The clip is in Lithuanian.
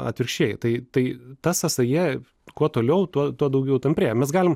atvirkščiai tai tai ta sąsaja kuo toliau tuo tuo daugiau tamprėja mes galim